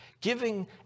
giving